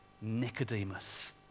Nicodemus